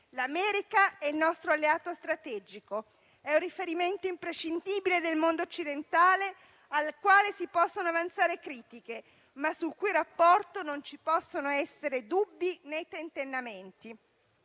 L'America è nostro alleato strategico e un riferimento imprescindibile del mondo occidentale al quale si possono avanzare critiche, ma sul cui rapporto non ci possono essere dubbi, né tentennamenti.